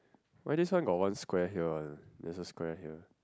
why this one got one square here [one] there's a square here